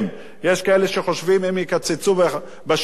יש כאלה שחושבים: אם יקצצו בשיכון,